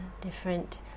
Different